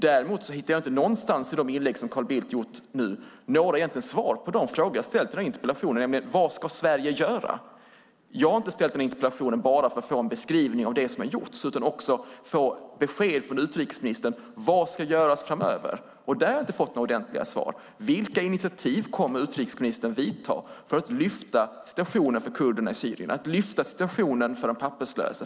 Däremot hittar jag inte någonstans i de inlägg som Carl Bildt har gjort nu några egentliga svar på de frågor som jag har ställt i denna interpellation, nämligen: Vad ska Sverige göra? Jag har inte ställt denna interpellation bara för att få en beskrivning av det som har gjorts utan också för att få besked från utrikesministern om vad som ska göras framöver. Där har jag inte fått några ordentliga svar. Vilka initiativ kommer utrikesministern att ta för att lyfta situationen för kurderna i Syrien, för de papperslösa och för de statslösa?